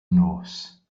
nos